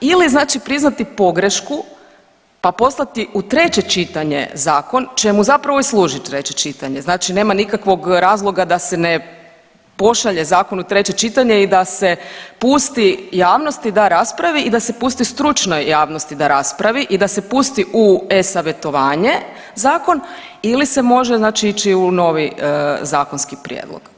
Ili znači prihvati pogrešku pa poslati u treće čitanje zakon, čemu zapravo i služi treće čitanje, znači nema nikakvog razloga da se ne pošalje zakon u treće čitanje i da se pusti javnosti da raspravi i da se pusti stručnoj javnosti da raspravi i da se pusti u e-Savjetovanje zakon ili se može znači ići u novi zakonski prijedlog.